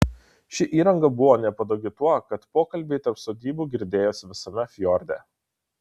ši įranga buvo nepatogi tuo kad pokalbiai tarp sodybų girdėjosi visame fjorde